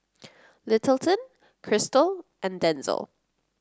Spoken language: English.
Littleton Crystal and Denzil